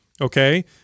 okay